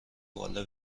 باله